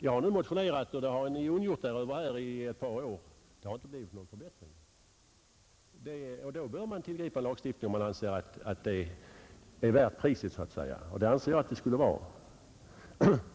Jag har motionerat i ett par år, och det har ni ondgjort er över. Det har emellertid inte blivit någon förbättring under den tiden. Då bör man tillgripa lagstiftning, om man anser att det är värt priset, vilket jag anser.